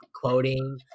quoting